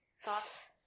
Thoughts